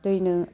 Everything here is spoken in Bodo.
दैनो